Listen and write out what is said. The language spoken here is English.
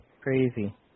Crazy